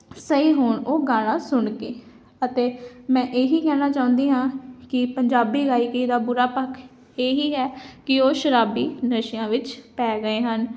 ਸਹੀ ਹੋਣ ਉਹ ਗਾਣਾ ਸੁਣ ਕੇ ਅਤੇ ਮੈਂ ਇਹੀ ਕਹਿਣਾ ਚਾਹੁੰਦੀ ਹਾਂ ਕਿ ਪੰਜਾਬੀ ਗਾਇਕੀ ਦਾ ਬੁਰਾ ਪੱਖ ਇਹੀ ਹੈ ਕਿ ਉਹ ਸ਼ਰਾਬੀ ਨਸ਼ਿਆਂ ਵਿੱਚ ਪੈ ਗਏ ਹਨ